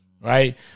Right